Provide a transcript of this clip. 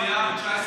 מיקי, תקימו ועדות.